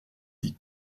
des